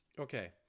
Okay